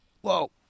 Whoa